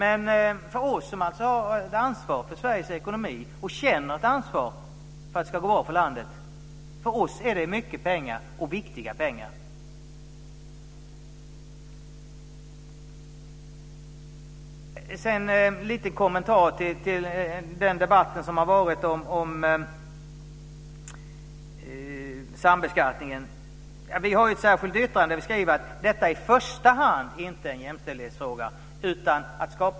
Men för oss, som har ett ansvar för Sveriges ekonomi och känner ett ansvar för att det ska gå bra för landet, är det mycket pengar och viktiga pengar. Sedan har jag en liten kommentar till den debatt som har varit om sambeskattningen.